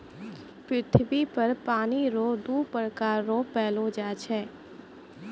पृथ्वी पर पानी रो दु प्रकार रो पैलो जाय छै